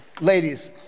Ladies